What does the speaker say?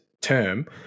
term